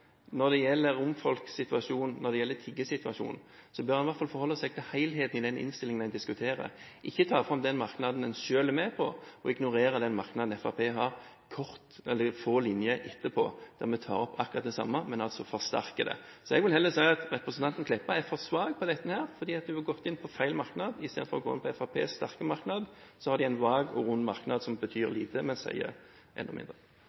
når det gjelder romfolkets situasjon og tiggesituasjonen, bør representanten Meltveit Kleppa i hvert fall holde seg til helheten i den innstillingen vi diskuterer, og ikke ta fram den merknaden man selv er med på, og ignorere den merknaden Fremskrittspartiet har få linjer etterpå, der vi tar opp akkurat det samme, men forsterker det. Jeg vil heller si at representanten Kleppa er for svak på dette her, fordi hun har gått inn på feil merknad. Istedenfor å gå inn på Fremskrittspartiets sterke merknad har de en vag merknad som betyr lite, men sier enda mindre.